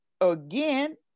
again